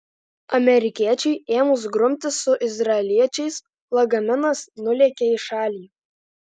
amerikiečiui ėmus grumtis su izraeliečiais lagaminas nulėkė į šalį